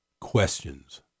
questions